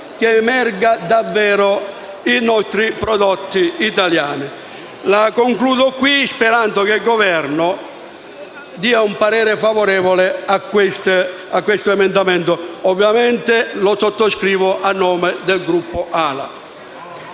emergano i nostri prodotti italiani. Concludo, sperando che il Governo dia parere favorevole a questo emendamento. Ovviamente, lo sottoscrivo a nome del Gruppo AL-A.